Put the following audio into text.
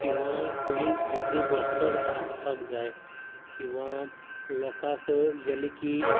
किंवां थंय जितले डॉक्टर्स आसपाक जाय किंवां लोकांक गेलें की